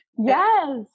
Yes